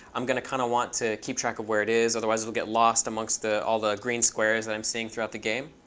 i'm going to kind of want to keep track of where it is. otherwise, it'll get lost amongst all the green squares that i'm seeing throughout the game.